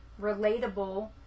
relatable